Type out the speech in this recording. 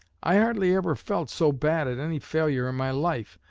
i hardly ever felt so bad at any failure in my life.